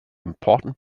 important